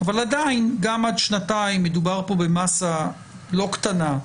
אבל עדיין גם עד שנתיים מדובר פה במסה לא קטנה,